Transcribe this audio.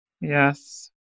Yes